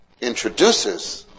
introduces